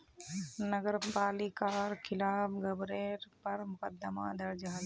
नगर पालिकार खिलाफ गबनेर पर मुकदमा दर्ज हल छ